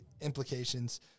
implications